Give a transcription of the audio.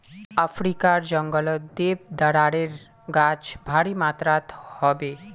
अफ्रीकार जंगलत देवदारेर गाछ भारी मात्रात ह बे